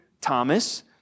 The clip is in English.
Thomas